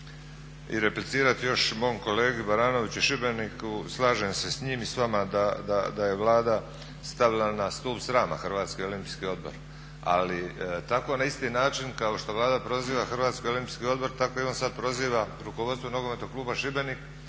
i replicirati još mom kolegi Baranoviću iz Šibenika, slažem se s njim i s vama da je Vlada stavila na stup srama HOO. Ali tako na isti način kao što Vlada proziva HOO tako i on sada proziva rukovodstvo Nogometnog kluba Šibenik